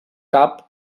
cap